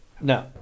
No